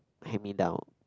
hand me down